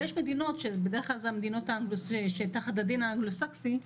יש מדינות, בעיקר תחת הדין האנגלוסקסי,